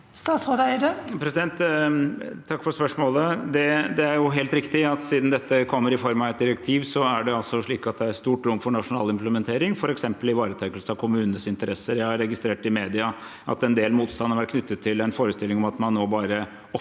Takk for spørsmålet. Det er helt riktig at siden dette kommer i form av et direktiv, er det slik at det er stort rom for nasjonal implementering, f.eks. ivaretakelse av kommunenes interesser. Jeg har registrert i mediene at en del motstand har vært knyttet til en forestilling om at man nå bare opphever